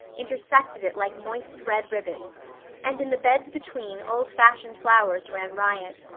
intersected it like moist red ribbons and in the beds between old-fashioned flowers ran riot.